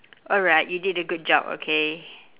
alright you did a good job okay